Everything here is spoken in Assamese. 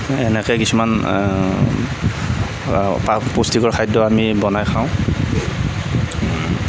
এনেকৈ কিছুমান পুষ্টিকৰ খাদ্য আমি বনাই খাওঁ